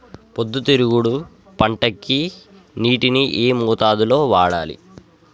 పొద్దుతిరుగుడు పంటకి నీటిని ఏ మోతాదు లో వాడాలి?